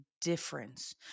difference